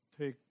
take